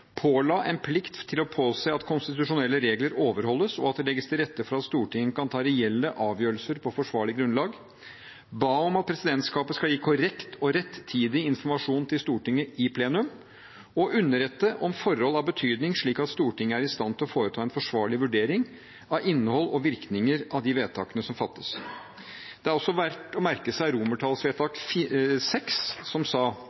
påla en plikt til å påse at konstitusjonelle regler overholdes, og at det legges til rette for at Stortinget kan ta reelle avgjørelser på forsvarlig grunnlag ba om at presidentskapet skal gi korrekt og rettidig informasjon til Stortinget i plenum og underrette om forhold av betydning, slik at Stortinget er i stand til å foreta en forsvarlig vurdering av innhold og virkning av de vedtakene som fattes. Det er også verdt å merke seg romertallsvedtak VII, som sa: